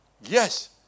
Yes